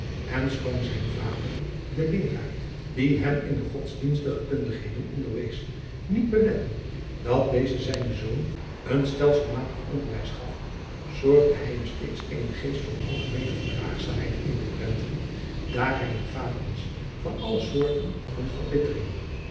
en schoon zijn vader den leeraar die hem in de godsdienstige kundigheden onderwees niet belette dat deze zijnen zoon een stelselmatig onderwijs gaf zorgde hij hem steeds eenen geest van algemeene verdraagzaamheid in te prenten daar hij een vijand was van alle soort van verbitteringen